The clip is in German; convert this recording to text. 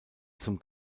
zum